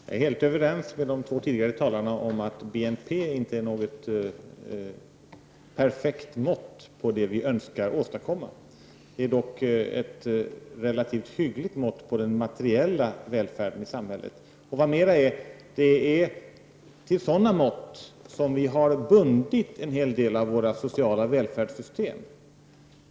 Herr talman! Jag är helt överens med de två tidigare talarna om att BNP inte är något perfekt mått på det vi önskar åstadkomma. Det är dock ett relativt hyggligt mått på den materiella välfärden i samhället. Och vad mera är, det är till sådana mått som vi har bundit en hel del av våra sociala välfärdssystem.